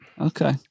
Okay